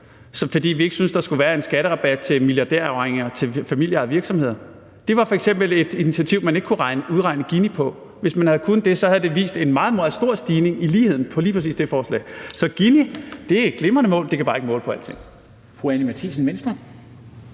fordi vi ikke syntes, der skulle være en skatterabat til milliardærarvinger til familieejede virksomheder, og det var f.eks. et initiativ, man ikke kunne udregne Ginikoefficienten på. Hvis man havde kunnet det, havde det vist en meget, meget stor stigning i ligheden på lige præcis det forslag. Så Ginikoefficienten er et glimrende mål, men det kan bare ikke måle alting.